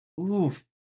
oof